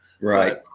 Right